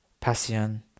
Passion